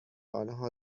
آنها